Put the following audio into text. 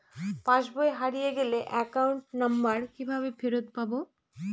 পাসবই হারিয়ে গেলে account number কিভাবে ফেরত পাব?